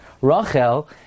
Rachel